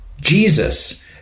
Jesus